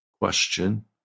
question